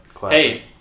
Hey